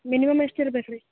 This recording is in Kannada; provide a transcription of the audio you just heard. ಮಿನಿಮಮ್ ಎಷ್ಟು ಇರ್ಬೇಕು ರೀ